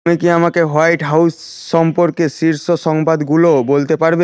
তুমি কি আমাকে হোয়াইট হাউস সম্পর্কে শীর্ষ সংবাদগুলো বলতে পারবে